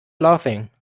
laughing